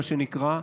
מה שנקרא,